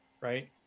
right